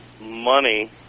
money